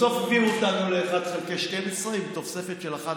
בסוף הביאו אותנו ל-1 חלקי 12 עם תוספת של 11